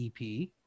EP